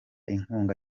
inkunga